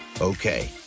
Okay